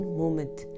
moment